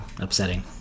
Upsetting